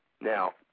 Now